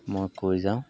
মই কৈ যাওঁ